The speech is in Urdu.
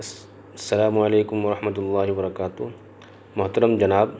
السلام علیکم ورحمة اللہ وبرکاتہ محترم جناب